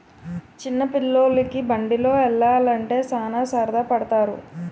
చిన్న పిల్లోలికి బండిలో యల్లాలంటే సాన సరదా పడతారు